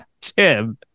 Tim